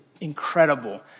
incredible